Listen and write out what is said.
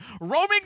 roaming